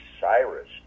Cyrus